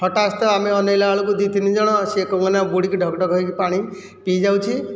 ହଠାତସ୍ତ ଆମେ ଅନାଇଲା ବେଳକୁ ଦି ତିନି ଜଣ ସେ କଁ ମାନେ ବୁଡ଼ିକି ଢକ ଢକ ହୋଇକି ପାଣି ପି ଯାଉଛି